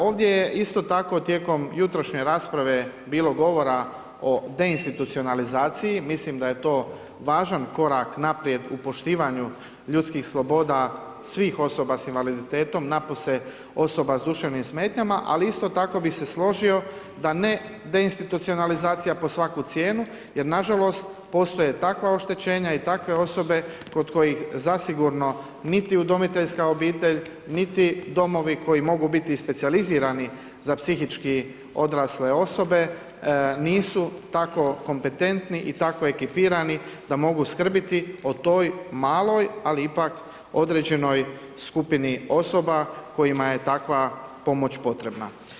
Ovdje je tijekom jutrošnje rasprave bilo govor o deinstitucionalizaciji, mislim da je to važan korak naprijed u poštivanju ljudskih sloboda svih osoba s invaliditetom, napose osoba s duševnim smetnjama, ali isto tako bih se složio da ne deinstitucionalizacija po svaku cijenu jer nažalost, postoje takva oštećenja i takve osobe kod kojih zasigurno, niti udomiteljska obitelj, niti domovi koji mogu biti specijalizirani za psihički odrasle osobe, nisu tako kompetentni i tako ekipirani da mogu skrbiti o toj maloj, ali ipak određenoj skupini osoba kojima je takva pomoć potrebna.